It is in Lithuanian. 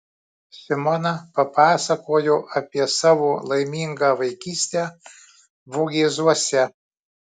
simona papasakojo apie savo laimingą vaikystę vogėzuose